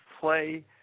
play